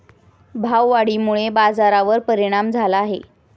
भाववाढीमुळे बाजारावर परिणाम झाला आहे